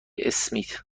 اسمیت